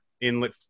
inlet